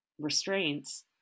restraints